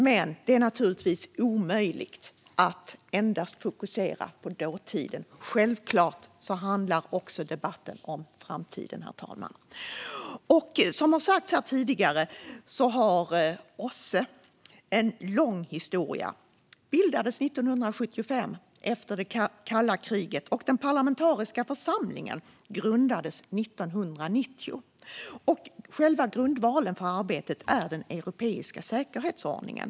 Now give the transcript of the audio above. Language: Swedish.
Men det är naturligtvis omöjligt att fokusera endast på dåtid. Självklart, herr talman, handlar debatten också om framtiden. Som sagts här tidigare har OSSE en lång historia. Organisationen bildades 1975, under kalla kriget, och den parlamentariska församlingen grundades 1990. Själva grundvalen för arbetet är den europeiska säkerhetsordningen.